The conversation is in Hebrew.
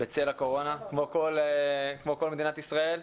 בצל הקורונה, כמו כל מדינת ישראל.